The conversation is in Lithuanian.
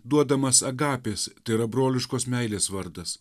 duodamas agapės tai yra broliškos meilės vardas